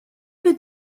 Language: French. peu